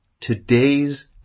Today's